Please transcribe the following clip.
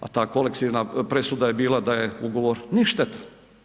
A ta kolektivna presuda je bila da je ugovor ništetan.